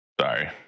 Sorry